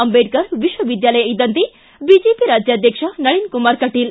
ಅಂಬೇಡ್ತರ್ ವಿಶ್ವವಿದ್ಯಾಲಯ ಇದ್ದಂತೆ ಬಿಜೆಪಿ ರಾಜ್ಯಾಧ್ಯಕ್ಷ ನಳಿನ್ ಕುಮಾರ್ ಕಟೀಲ್